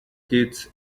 kids